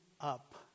up